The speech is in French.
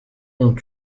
ont